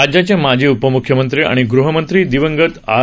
राज्याचे माजी उपम्ख्यमंत्री आणि गृहमंत्री दिवंगत आर